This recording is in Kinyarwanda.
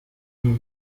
yvan